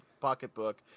pocketbook